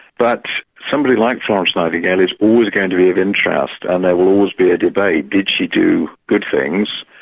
but somebody like florence nightingale is always going to be of interest, and there will always be a debate did she do good things?